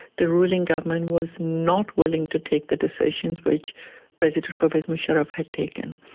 the ruling government was not willing to take the decisions which president pervez musharraf had taken.